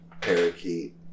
parakeet